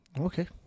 Okay